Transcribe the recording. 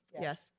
yes